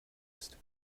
ist